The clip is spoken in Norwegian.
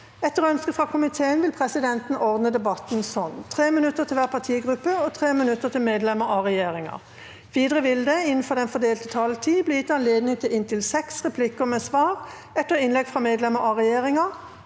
Etter ønske fra næringsko- miteen vil presidenten ordne debatten slik: 3 minutter til hver partigruppe og 3 minutter til medlemmer av regjeringa. Videre vil det – innenfor den fordelte taletid – bli gitt anledning til inntil seks replikker med svar etter innlegg fra medlemmer av regjeringa,